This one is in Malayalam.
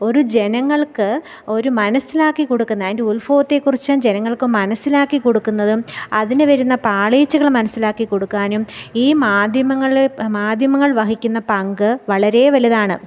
ഒരു ജനങ്ങൾക്ക് ഒരു മനസ്സിലാക്കി കൊടുക്കുന്ന അതിൻ്റെ ഉൽഭവത്തെ കുറിച്ചും ജനങ്ങൾക്ക് മനസ്സിലാക്കി കൊടുക്കുന്നതും അതിന് വരുന്ന പാളിച്ചകൾ മനസ്സിലാക്കി കൊടുക്കാനും ഈ മാധ്യമങ്ങൾ മാധ്യമങ്ങൾ വഹിക്കുന്ന പങ്ക് വളരെ വലുതാണ്